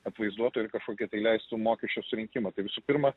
atvaizduotų ir kažkokį tai leistų mokesčio surinkimą tai visų pirma